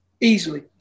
easily